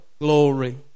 glory